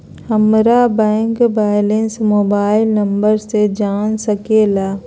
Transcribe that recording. हमारा bank balance mobile number से जान सके ला?